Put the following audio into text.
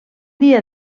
dia